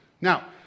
Now